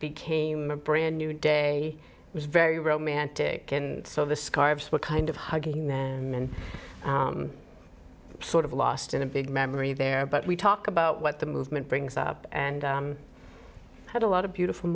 became a brand new day it was very romantic and so the scarves were kind of hugging and sort of lost in a big memory there but we talk about what the movement brings up and had a lot of beautiful